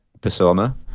persona